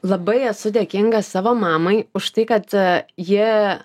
labai esu dėkinga savo mamai už tai kad ji